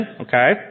Okay